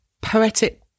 poetic